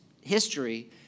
history